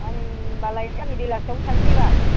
आं होनलाय बेलासियाव थांनोसै बाल